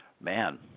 Man